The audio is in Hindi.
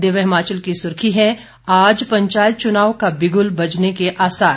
दिव्य हिमाचल की सुर्खी है आज पंचायत चुनाव का बिग़ल बजने के आसार